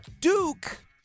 Duke